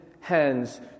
hands